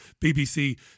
BBC